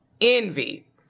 envy